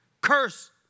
Curse